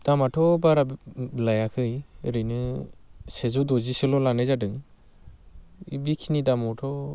दामाथ' बारा लायाखै ओरैनो सेजौ दजिसोल' लानाय जादों बेखिनि दामावथ'